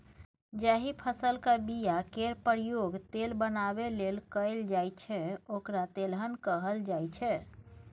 जाहि फसलक बीया केर प्रयोग तेल बनाबै लेल कएल जाइ छै ओकरा तेलहन कहल जाइ छै